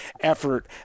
effort